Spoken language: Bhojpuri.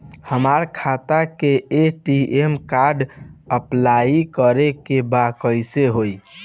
हमार खाता के ए.टी.एम कार्ड अप्लाई करे के बा कैसे होई?